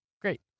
Great